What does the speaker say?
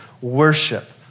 worship